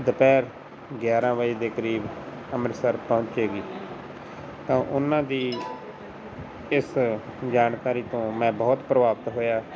ਦੁਪਹਿਰ ਗਿਆਰਾਂ ਵਜੇ ਦੇ ਕਰੀਬ ਅੰਮ੍ਰਿਤਸਰ ਪਹੁੰਚੇਗੀ ਤਾਂ ਉਹਨਾਂ ਦੀ ਇਸ ਜਾਣਕਾਰੀ ਤੋਂ ਮੈਂ ਬਹੁਤ ਪ੍ਰਭਾਵਿਤ ਹੋਇਆ